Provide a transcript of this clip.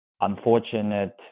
unfortunate